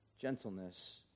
gentleness